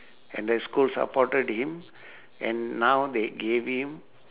and the school supported him and now they gave him